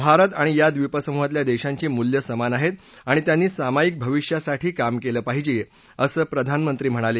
भारत आणि या द्वीपसमूहातल्या देशांची मूल्य समान आहेत आणि त्यांनी सामाईक भविष्यासाठी काम केलं पाहिजे असं प्रधानमंत्री म्हणाले